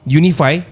unify